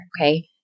Okay